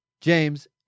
james